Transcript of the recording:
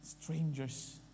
Strangers